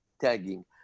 tagging